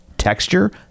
Texture